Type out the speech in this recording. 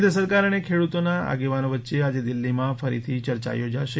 કેન્દ્ર સરકાર અને ખેડૂતોના આગેવાનો વચ્ચે આજે દિલ્હીમાં ફરીથી ચર્ચા યોજાશે